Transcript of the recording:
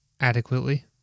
adequately